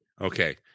Okay